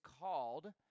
called